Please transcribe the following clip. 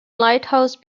lighthouse